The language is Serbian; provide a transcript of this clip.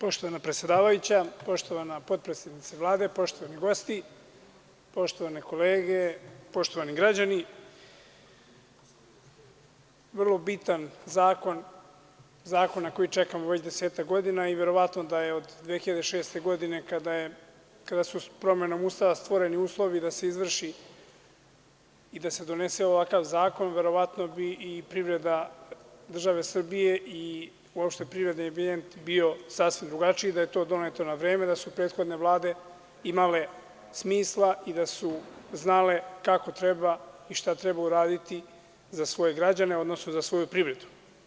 Poštovana predsedavajuća, poštovana potpredsednice Vlade, poštovani gosti, poštovane kolege, poštovani građani, vrlo bitan zakon, zakon na koji čekamo već desetak godina i verovatno da je od 2006. godina kada su sa promenom Ustava stvoreni uslovi da se izvrši i da se donese ovakav zakon, verovatno bi i privreda države Srbije i uopšte privredni ambijent bio sasvim drugačiji da je to doneto na vreme, da su prethodne vlade imale smisla i da su znale kako treba i šta treba uraditi za svoje građane, odnosno za svoju privredu.